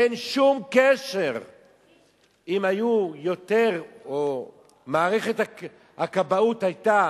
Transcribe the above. אין שום קשר אם היו יותר, או מערכת הכבאות היתה,